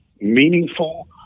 meaningful